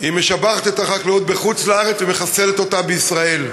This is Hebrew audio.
משבחת את החקלאות בחוץ-לארץ ומחסלת אותה בישראל.